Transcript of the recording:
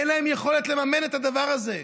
אין להם יכולת לממן את הדבר הזה,